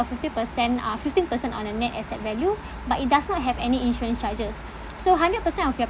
of fifty percent uh fifteen percent on a net asset value but it does not have any insurance charges so hundred percent of your